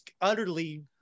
utterly